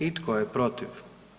I tko je protiv?